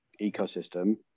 ecosystem